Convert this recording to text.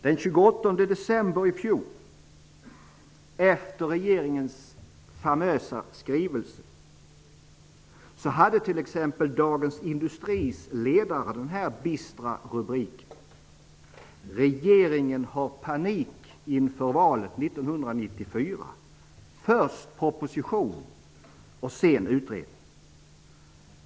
Den 28 december i fjol, efter regeringens famösa skrivelse, hade t.ex. Dagens Industris ledare denna bistra rubrik: Regeringen har panik inför valet 1994: Först proposition -- sedan utredning.